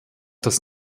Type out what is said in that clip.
das